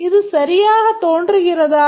இது சரியாகத் தோன்றுகிறதா